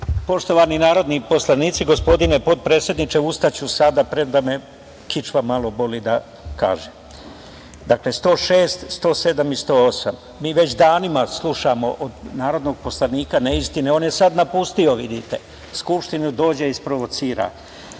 Poštovani narodni poslanici, gospodine potpredsedniče, ustaću sada, premda me kičma malo boli, da kažem. Dakle, 106, 107. i 108. Mi već danima slušamo od narodnog poslanika neistine. On je sad napustio Skupštinu. Dođe, isprovocira. Kada